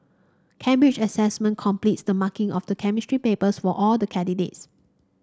Cambridge Assessment completes the marking of the Chemistry papers for all the candidates